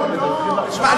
שמע,